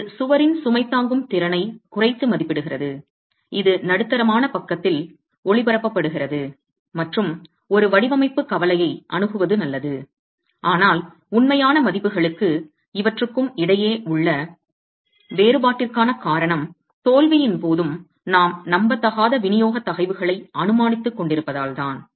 இது சுவரின் சுமை தாங்கும் திறனைக் குறைத்து மதிப்பிடுகிறது இது நடுத்தரமான பக்கத்தில் ஒளிபரப்பப்படுகிறது மற்றும் ஒரு வடிவமைப்பு கவலையை அணுகுவது நல்லது ஆனால் உண்மையான மதிப்புகளுக்கும் இவற்றுக்கும் இடையே உள்ள வேறுபாட்டிற்கான காரணம் தோல்வியின் போதும் நாம் நம்பத்தகாத விநியோக தகைவுகளை அனுமானித்துக் கொண்டிருப்பதால் தான்